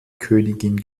königin